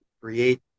create